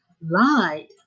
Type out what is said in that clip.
Lied